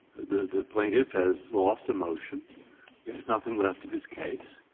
the plaintiff has lost a motion. he has nothing left of his case.